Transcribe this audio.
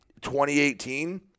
2018